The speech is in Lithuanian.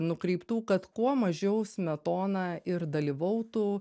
nukreiptų kad kuo mažiau smetona ir dalyvautų